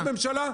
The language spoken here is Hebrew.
"החלטת ממשלה".